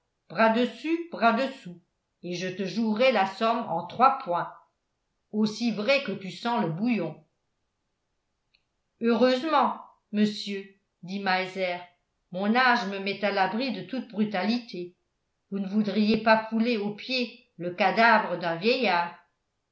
bras dessus bras dessous et je te jouerais la somme en trois points aussi vrai que tu sens le bouillon heureusement monsieur dit meiser mon âge me met à l'abri de toute brutalité vous ne voudriez pas fouler aux pieds le cadavre d'un vieillard